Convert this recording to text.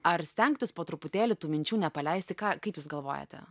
ar stengtis po truputėlį tų minčių nepaleisti ką kaip jūs galvojate